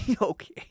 Okay